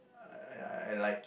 I I like